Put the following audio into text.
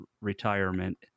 retirement